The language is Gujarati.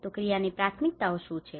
તો ક્રિયાની પ્રાથમિકતાઓ શું છે